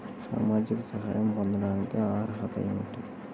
సామాజిక సహాయం పొందటానికి అర్హత ఏమిటి?